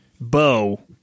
Bo